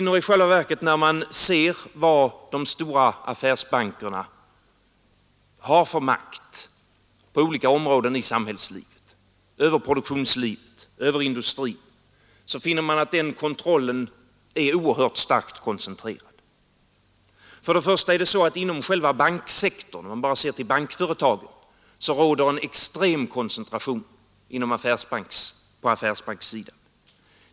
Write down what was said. När man ser vad de stora affärsbankerna har för makt på olika områden i samhällslivet — över produktionslivet, över industrin — finner man att den kontrollen är oerhört starkt koncentrerad. Inom själva banksektorn, om vi bara ser till bankföretagen, råder en extrem koncentration på affärsbankssidan.